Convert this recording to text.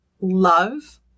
love